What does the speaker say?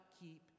keep